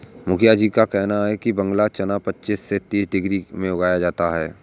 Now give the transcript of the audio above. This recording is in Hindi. मुखिया जी का कहना है कि बांग्ला चना पच्चीस से तीस डिग्री में उगाया जाए